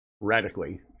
radically